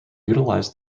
utilize